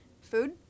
Food